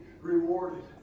rewarded